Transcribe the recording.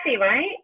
right